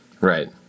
Right